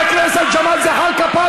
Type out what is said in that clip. חבר הכנסת ג'מאל זחאלקה,